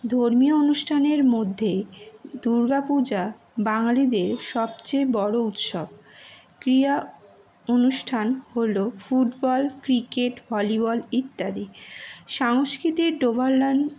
ধর্মীয় অনুষ্ঠানের মধ্যে দুর্গা পূজা বাঙালিদের সবচেয়ে বড়ো উৎসব ক্রিয়া অনুষ্ঠান হলো ফুটবল ক্রিকেট ভলিবল ইত্যাদি সাংস্কৃতিক ডোভার লেন